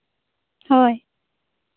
ᱦᱳᱭ